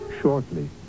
shortly